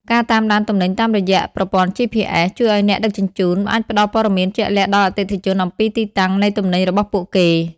ការតាមដានទំនិញតាមរយៈប្រព័ន្ធ GPS ជួយឱ្យអ្នកដឹកជញ្ជូនអាចផ្តល់ព័ត៌មានជាក់លាក់ដល់អតិថិជនអំពីទីតាំងនៃទំនិញរបស់ពួកគេ។